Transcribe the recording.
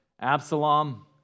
Absalom